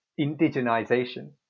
indigenization